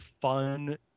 fun